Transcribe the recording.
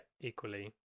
equally